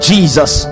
Jesus